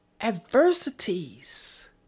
adversities